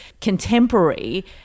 contemporary